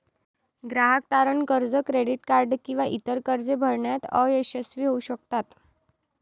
ग्राहक तारण कर्ज, क्रेडिट कार्ड किंवा इतर कर्जे भरण्यात अयशस्वी होऊ शकतात